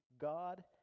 God